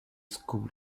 school